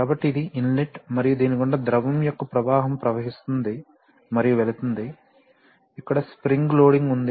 కాబట్టి ఇది ఇన్లెట్ మరియు దీని గుండా ద్రవం యొక్క ప్రవాహం ప్రవహిస్తుంది మరియు వెళుతుంది ఇక్కడ స్ప్రింగ్ లోడింగ్ ఉంది